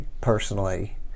personally